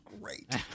great